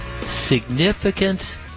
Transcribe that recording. significant